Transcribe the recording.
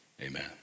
Amen